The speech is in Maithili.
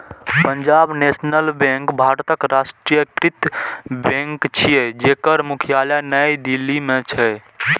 पंजाब नेशनल बैंक भारतक राष्ट्रीयकृत बैंक छियै, जेकर मुख्यालय नई दिल्ली मे छै